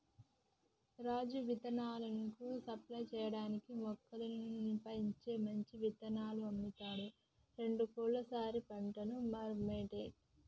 రాజు విత్తనాలను సప్లై చేయటానికీ మొక్కలను పెంచి మంచి విత్తనాలను అమ్ముతాండు రెండేళ్లకోసారి పంటను మార్వబట్టే